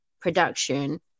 production